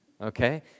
okay